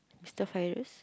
mister virus